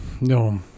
No